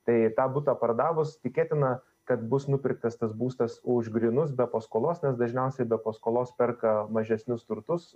tai tą butą pardavus tikėtina kad bus nupirktas tas būstas už grynus be paskolos nes dažniausiai be paskolos perka mažesnius turtus